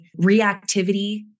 reactivity